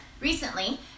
recently